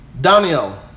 Daniel